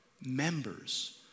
members